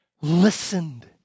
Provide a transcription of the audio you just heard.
listened